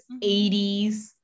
80s